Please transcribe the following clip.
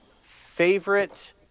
favorite